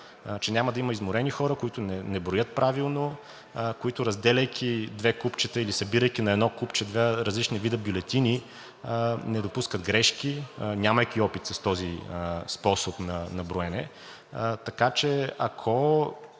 че няма да има изморени хора, които не броят правилно, които, разделяйки две купчета или събирайки на едно купче два различни вида бюлетини, не допускат грешки, нямайки опит с този способ на броене. Така че, ако